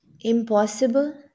impossible